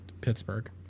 Pittsburgh